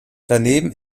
daneben